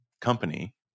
company